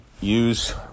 use